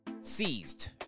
Seized